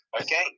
Okay